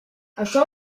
això